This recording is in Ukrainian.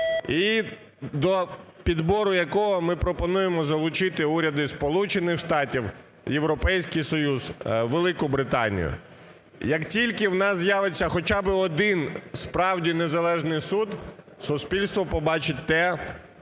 і до підбору якого ми пропонуємо залучити уряди Сполучених Штатів, Європейський Союз, Велику Британію. Як тільки у нас з'явиться хоча би один, справді, незалежний суд, суспільство побачить те,